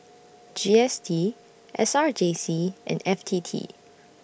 G S T S R J C and F T T